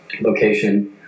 location